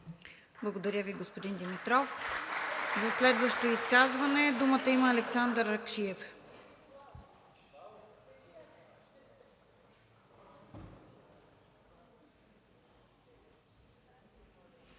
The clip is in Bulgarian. Благодаря Ви, господин Димитров. За следващо изказване думата има Александър Ракшиев.